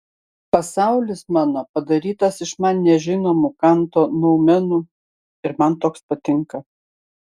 pasaulis mano padarytas iš man nežinomų kanto noumenų ir man toks patinka